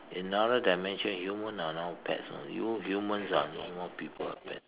in another dimension human are now pets ah you humans are no more people uh pets